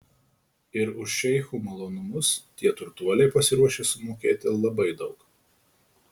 ir už šeichų malonumus tie turtuoliai pasiruošę sumokėti labai daug